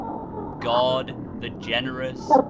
god, the generous,